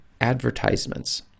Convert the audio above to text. advertisements